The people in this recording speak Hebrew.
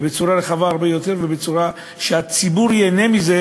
ובצורה רחבה הרבה יותר ובצורה שהציבור ייהנה מזה,